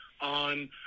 on –